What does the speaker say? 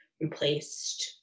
replaced